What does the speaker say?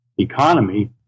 economy